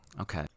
okay